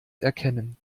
erkennen